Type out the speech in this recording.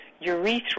urethra